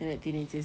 not teenagers